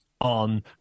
On